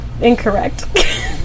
incorrect